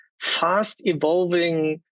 fast-evolving